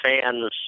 fans –